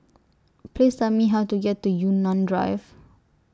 Please Tell Me How to get to Yunnan Drive